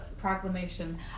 proclamation